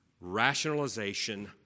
rationalization